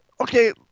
okay